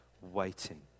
waiting